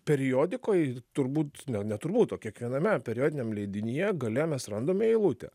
periodikoj turbūt ne ne turbūt o kiekvienam periodiniame leidinyje gale mes randame eilutę